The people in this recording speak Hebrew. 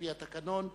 על-פי התקנון,